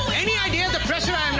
any idea of the pressure